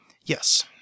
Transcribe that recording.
yes